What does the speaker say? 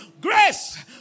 Grace